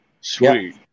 Sweet